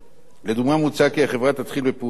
מוצע כי החברה תתחיל בפעולות לאיתור יורשים